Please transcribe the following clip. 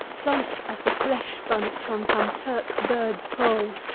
plump as the flesh-bunch on some turk bird's poll!